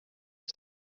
les